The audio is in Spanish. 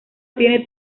tiene